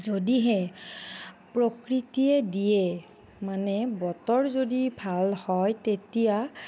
যদিহে প্ৰকৃতিয়ে দিয়ে মানে বতৰ যদি ভাল হয় তেতিয়া